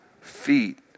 feet